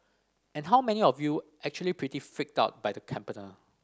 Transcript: and how many of you actually pretty freaked out by the caterpillar